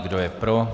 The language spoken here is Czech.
Kdo je pro?